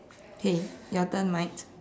okay your turn mate